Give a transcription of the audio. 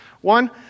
One